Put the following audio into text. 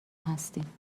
هستیم